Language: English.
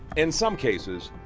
in some cases,